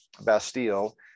Bastille